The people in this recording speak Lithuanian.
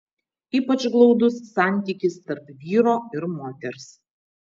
ypač glaudus santykis tarp vyro ir moters